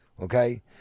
Okay